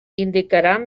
indicaran